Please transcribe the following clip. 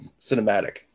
cinematic